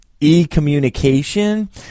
e-communication